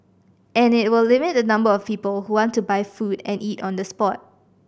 and it will limit the number of people who want to buy food to eat on the spot